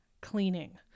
cleaning